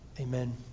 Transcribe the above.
Amen